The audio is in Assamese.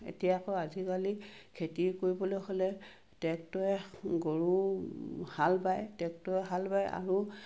এতিয়া আকৌ আজিকালি খেতি কৰিবলৈ হ'লে টেক্টৰে গৰু হাল বায় টেক্টৰে হাল বায় আৰু